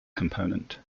component